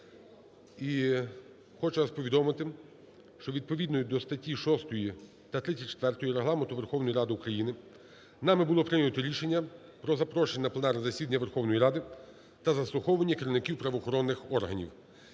І хочу вам повідомити, що відповідно до статті 6 та 34 Регламенту Верховної Ради України, нами було прийнято рішення про запрошення на пленарне засідання Верховної Ради та заслуховування керівників правоохоронних органів.